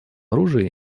оружия